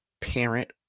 parent